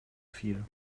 viel